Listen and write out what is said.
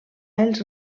els